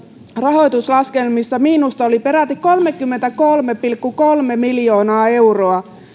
rahoituslaskelmissa miinusta oli peräti kolmekymmentäkolme pilkku kolme miljoonaa euroa